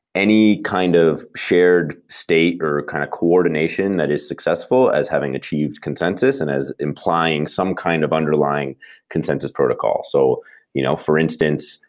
any kind of shared state or kind of coordination that is successful as having achieved consensus and as implying some kind of underlying consensus protocol. so you know for instance,